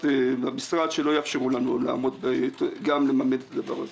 למשרד שלא יאפשרו לנו לממן את הדבר הזה.